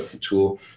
tool